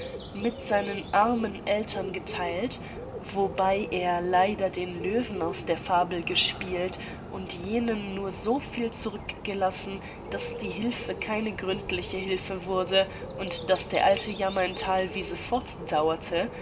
mit seinen armen eltern getheilt wobei er leider den löwen aus der fabel gespielt und jenen nur eben so viel zurückgelassen daß die hilfe keine gründliche hilfe wurde und daß der alte jammer in